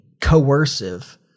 coercive